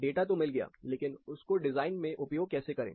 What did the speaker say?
data तो मिल गया लेकिन उस को डिजाइन में कैसे उपयोग करें